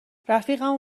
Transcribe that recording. رفیقمو